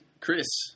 Chris